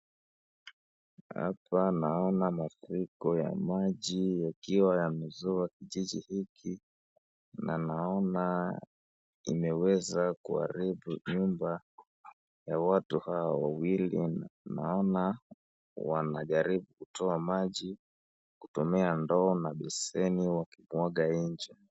Hapa naona mafuriko ya maji yakiwa yamezua kijiji hiki, na naona imeweza kuharibu nyumba na watu hao wawili naona wanajaribu kutoa maji kutumia ndoo na besheni wakimwaga nje.